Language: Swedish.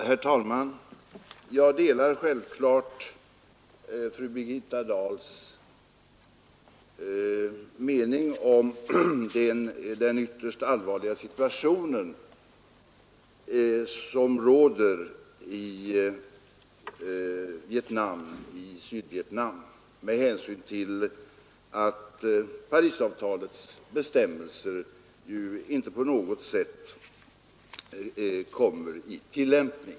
Herr talman! Jag delar självfallet fru Birgitta Dahls mening om den ytterst allvarliga situation som råder i Sydvietnam med hänsyn till att Parisavtalets bestämmelser inte på något sätt kommer i tillämpning.